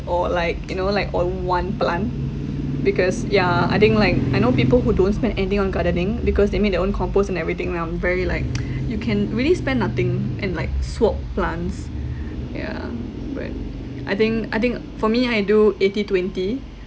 or like you know like or one plant because ya I think like I know people who don't spend anything on gardening because they make their own compost and everything and I'm very like you can really spend nothing and like swap plants yeah but I think I think for me I do eighty twenty